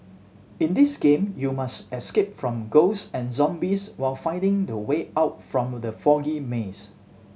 in this game you must escape from ghost and zombies while finding the way out from the foggy maze